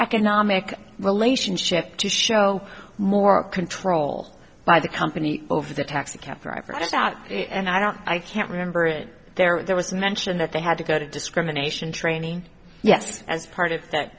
economic relationship to show more control by the company over the taxi cab driver just out and i don't i can't remember it there was mention that they had to go to discrimination training yes as part of that